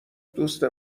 دوست